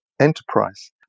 enterprise